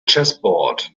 chessboard